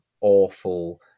awful